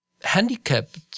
handicapped